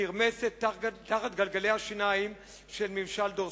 נרמסת תחת גלגלי השיניים של ממשל דורסני.